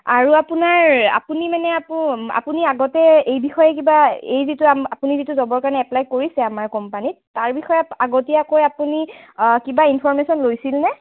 আৰু আপোনাৰ আপুনি মানে আকৌ আপুনি আগতে এই বিষয়ে কিবা এই যিটো আপুনি যিটো জবৰ কাৰণে এপ্লাই কৰিছে আমাৰ কোম্পানীত তাৰ বিষয়ে আগতীয়াকৈ আপুনি কিবা ইনফৰমেশ্যন লৈছিল নে